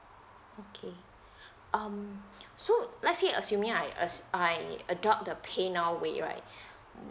okay um so let say assuming I as I adduct the pay nowhere right mm